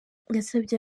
yasabye